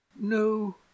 no